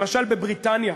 למשל בבריטניה,